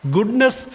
Goodness